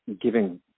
giving